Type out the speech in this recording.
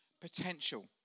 potential